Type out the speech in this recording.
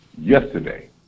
yesterday